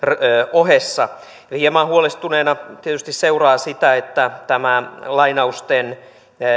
ohessa hieman huolestuneena tietysti seuraa sitä että tämä lainausten